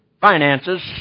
finances